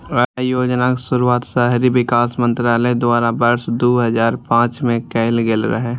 अय योजनाक शुरुआत शहरी विकास मंत्रालय द्वारा वर्ष दू हजार पांच मे कैल गेल रहै